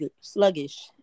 sluggish